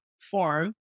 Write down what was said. form